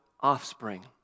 offspring